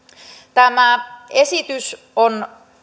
tämä esitys on